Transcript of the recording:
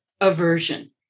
aversion